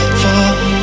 fall